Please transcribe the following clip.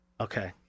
Okay